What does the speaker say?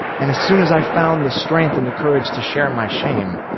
and as soon as i found the strength and the courage to share my shame,